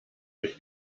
durch